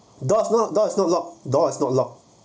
doors not doors not locked door is not locked